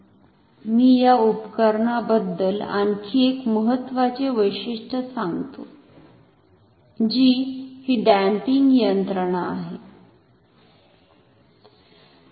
मी ह्या उपकरणाबद्दल आणखी एक महत्वाचे वैशिष्ट्य सांगतो जी ही डम्पिंग यंत्रणा आहे